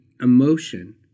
Emotion